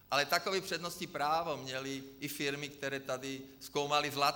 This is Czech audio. Ale takové přednostní právo měly i firmy, které tady zkoumaly zlato.